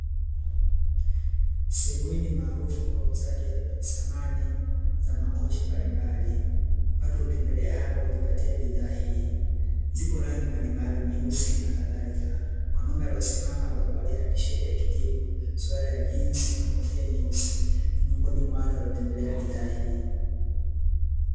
Sehemu hii ni maarufu kwa uuzaji wa samani za makochi mbalimbali, watu hutembelea hapa kujipatia bidhaa hii, zipo rangi mbalimbali nyeusi na kadhalika. Mwanaume aliyesimama aliyevalia tisheti ya kijivu, suruali ya jinzi, na kofia nyeusi, ni miongoni mwa watu waliotembelea bidhaa hii.